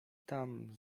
tam